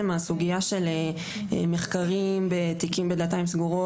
על הסוגיה של מחקרים בתיקים בדלתיים סגורות,